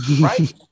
right